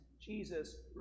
Jesus